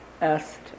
asked